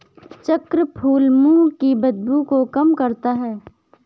चक्रफूल मुंह की बदबू को कम करता है